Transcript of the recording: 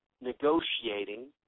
negotiating